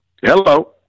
Hello